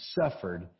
suffered